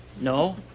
No